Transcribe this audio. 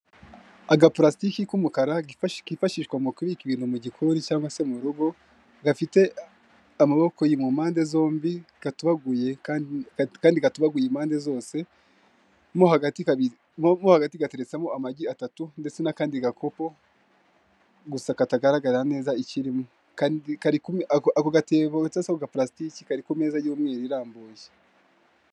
Agapalastiki k'umukara kifashi kifashishwa mu kubika ibintu mu gikori cyangwa se mu rugo gafite amaboko mu mpande zombi katobaguye kandi gatobaguye mu mpande zose, mo hagati kabitse mo hagati gateretsemo amagi atatu ndetse n'akandi gakoko gusa katagaragara neza ikirimo. Kandi kari ako gatebo gateretseho ako gapalasitike kari ku meza y'umweru irambuye.